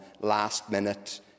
last-minute